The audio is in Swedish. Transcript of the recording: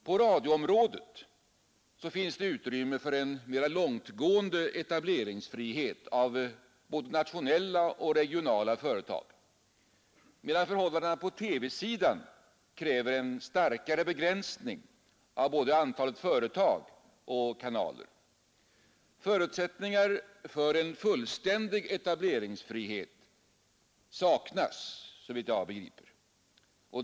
På radioområdet finns det utrymme för en mera långtgående etablering av både nationella och regionala företag, medan förhållandena på TV-sidan kräver en starkare begränsning av både antalet företag och kanaler. Förutsättningar för en fullständig etableringsfrihet saknas, såvitt jag begriper.